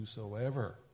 whosoever